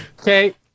Okay